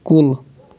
کُل